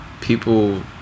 people